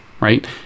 right